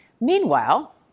Meanwhile